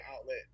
outlet